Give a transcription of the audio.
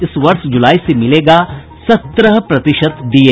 इस वर्ष जुलाई से मिलेगा सत्रह प्रतिशत डीए